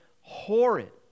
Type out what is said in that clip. horrid